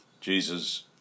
Jesus